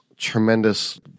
tremendous